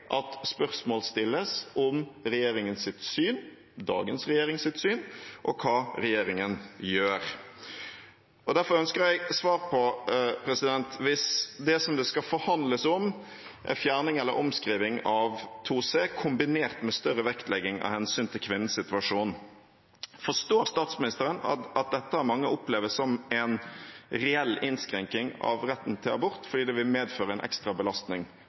at spørsmål stilles om regjeringens syn – dagens regjerings syn – og hva regjeringen gjør. Derfor ønsker jeg svar på følgende: Hvis det som det skal forhandles om, er fjerning eller omskriving av § 2c, kombinert med større vektlegging av hensynet til kvinnens situasjon, forstår statsministeren at dette av mange oppleves som en reell innskrenkning av retten til abort fordi det vil medføre en ekstra belastning